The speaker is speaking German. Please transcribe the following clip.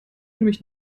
nämlich